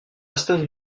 aston